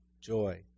joy